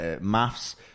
maths